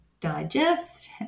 digest